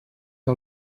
que